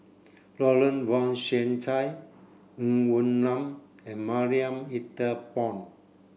Lawrence Wong Shyun Tsai Ng Woon Lam and Marie Ethel Bong